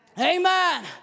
Amen